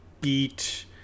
beat